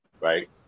right